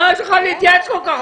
מה יש לך להתייעץ כל כך הרבה?